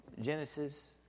Genesis